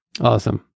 Awesome